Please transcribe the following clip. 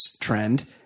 trend